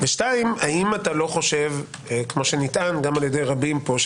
האם אתה לא חושב כמו שנטען על ידי רבים פה,